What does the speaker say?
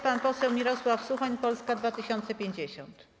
Pan poseł Mirosław Suchoń, Polska 2050.